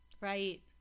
Right